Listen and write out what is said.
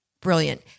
Brilliant